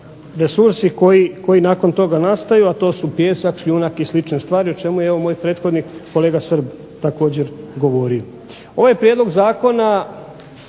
resursi koji nakon toga nastaju, a to su pijesak, šljunak i slične stvari, o čemu je moj prethodnik kolega Srb također govorio. Ovaj prijedlog zakona